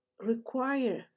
require